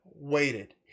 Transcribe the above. Waited